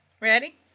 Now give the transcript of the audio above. ready